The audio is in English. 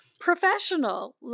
professional